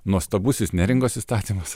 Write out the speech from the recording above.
nuostabusis neringos įstatymas